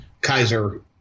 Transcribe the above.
Kaiser